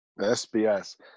SBS